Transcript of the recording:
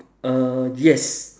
uh yes